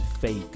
fake